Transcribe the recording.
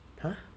!huh!